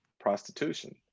prostitution